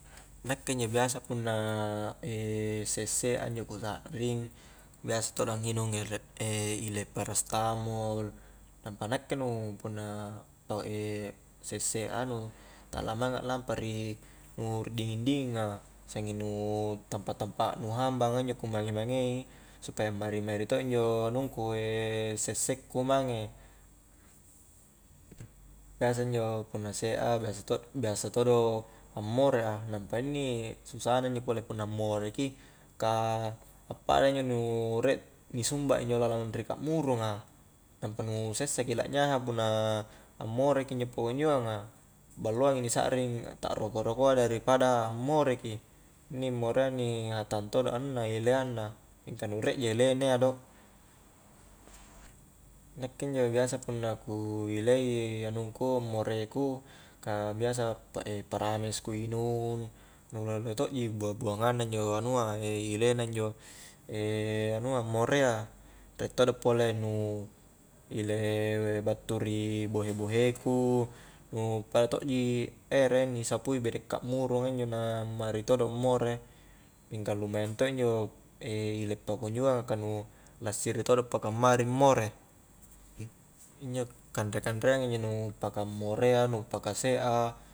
Nakke injo biasa punna sesse'a injo ku sakring biasa todo angnginung ile perestamol nampa nakke nu punna tau sesse' a nu tala mainga nakke lampa ri nu dinging-dinging a sanging nu tampa-tampa nu hambanga injo ku mange-mange i supaya mari-mari to' injo anungku sesse' ku mange biasa injo punna se' a biasa to' biasa todo' ammore a nampa inni susana inni punna ammore ki, ka appada injo nu riek ni sumba injo lalang ri kakmurunga nampa nu sessa ki la'nyaha punna ammore ki injo pakunjoang a balloang i ni sakring ta'roko-rokoa daripada ammore ki inni morea inni hatang todo anunna ileang na mingka nu riek ja ile na iya do nakke injo biasa punna ku ilei anungku more ku ka biasa para-paramex ku inung nu lohe-lohe tojji bua-buangang na injo anua ile na injo anua morea riek todo pole nu ile battu ri bohe-bohe ku nu pada tokji ere ni sapui bede kakmurung a injo na mari todo' mmore mingka lumayang todo' injo ile pakunjoang ka nu lassiri todo paka ammari mmore in-injo kanre-kanreanga injo nu paka ammorea paka se' a